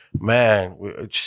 man